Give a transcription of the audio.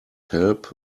help